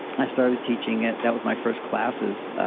i started teaching it. that was my first classes.